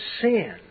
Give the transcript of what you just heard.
sin